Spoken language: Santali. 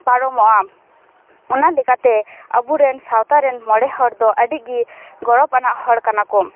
ᱯᱟᱨᱚᱢᱟᱜᱼᱟ ᱚᱱᱟ ᱞᱮᱠᱟᱛᱮ ᱟᱵᱚᱨᱮᱱ ᱥᱟᱶᱛᱟ ᱨᱮᱱ ᱢᱚᱬᱮ ᱦᱚᱲ ᱫᱚ ᱟᱹᱰᱤ ᱜᱮ ᱜᱚᱨᱚᱵ ᱟᱱᱟᱜ ᱦᱚᱲ ᱠᱟᱱᱟᱠᱚ